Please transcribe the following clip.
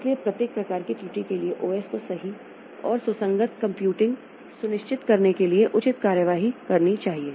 इसलिए प्रत्येक प्रकार की त्रुटि के लिए ओएस को सही और सुसंगत कंप्यूटिंग सुनिश्चित करने के लिए उचित कार्रवाई करनी चाहिए